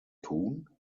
tun